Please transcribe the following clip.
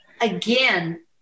again